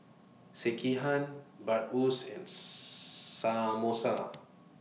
Sekihan Bratwurst and Samosa